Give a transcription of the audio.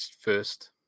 first